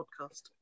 podcast